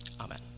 Amen